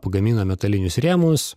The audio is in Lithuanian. pagamina metalinius rėmus